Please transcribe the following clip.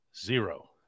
zero